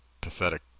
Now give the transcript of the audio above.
pathetic